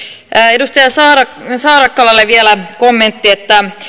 edustaja saarakkalalle vielä kommentti että